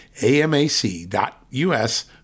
amac.us